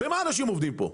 במה אנשים עובדים פה?